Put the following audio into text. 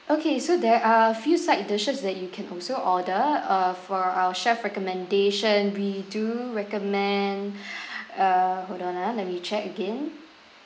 okay so there are a few side dishes that you can also order uh for our chef recommendation we do recommend err hold on ah let me check again